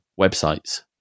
websites